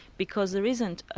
because there isn't, ah